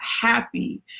happy